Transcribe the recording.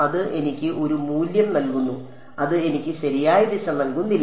അത് എനിക്ക് ഒരു മൂല്യം നൽകുന്നു അത് എനിക്ക് ശരിയായ ദിശ നൽകുന്നില്ല